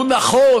הוא נכון.